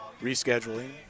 rescheduling